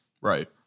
right